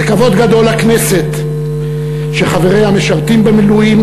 זה כבוד גדול לכנסת שחבריה משרתים במילואים,